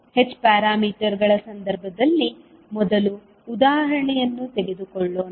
H ಪ್ಯಾರಾಮೀಟರ್ಗಳ ಸಂದರ್ಭದಲ್ಲಿ ಮೊದಲು ಉದಾಹರಣೆಯನ್ನು ತೆಗೆದುಕೊಳ್ಳೋಣ